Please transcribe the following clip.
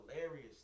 hilarious